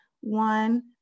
one